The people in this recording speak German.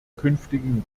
künftigen